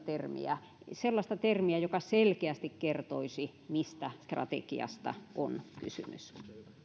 termiä sellaista termiä joka selkeästi kertoisi mistä strategiasta on kysymys